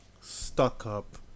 stuck-up